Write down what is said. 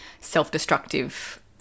self-destructive